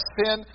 sin